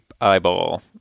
eyeball